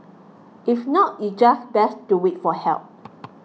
if not it's just best to wait for help